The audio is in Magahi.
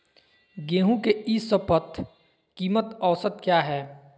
गेंहू के ई शपथ कीमत औसत क्या है?